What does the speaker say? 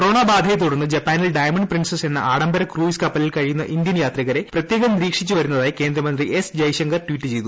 corona ബാധയെ തുടർന്ന് ജപ്പാനിൽ ഡയമണ്ട് പ്രിൻസസ് എന്ന ആഡംബര ക്രൂയിസ് കപ്പലിൽ കഴിയുന്ന ഇന്ത്യൻ യാത്രികരെ പ്രത്യേകം നിരീക്ഷിച്ചുവരുന്നതായി കേന്ദ്രമന്ത്രി എസ് ജയശങ്കർ ട്വീറ്റ് ചെയ്തു